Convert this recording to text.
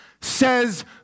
says